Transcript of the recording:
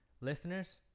listeners